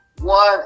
one